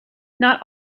not